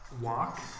walk